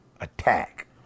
Attack